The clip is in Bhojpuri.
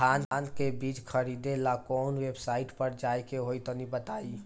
धान का बीज खरीदे ला काउन वेबसाइट पर जाए के होई तनि बताई?